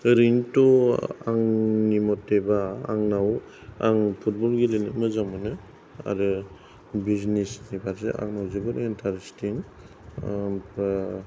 ओरैनोथ' आंनि मथेबा आंनाव आं फुटबल गेलेनो मोजां मोनो आरो बिजनेस नि फारसे आंनाव जोबोद इन्थारेस्टिं ओमफ्राय